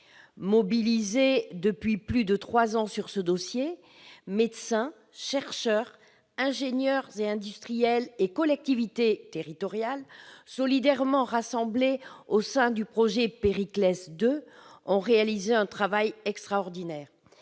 Mobilisés depuis plus de trois ans sur ce dossier, médecins, chercheurs, ingénieurs, industriels et collectivités territoriales, solidairement rassemblés au sein du projet « protonthérapie et recherche